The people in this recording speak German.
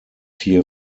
hier